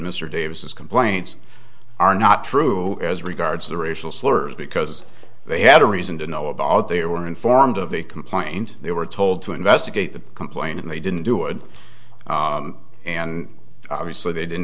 mr davis complaints are not true as regards the racial slurs because they had a reason to know about they were informed of a complaint they were told to investigate the complaint and they didn't do it and obviously they didn't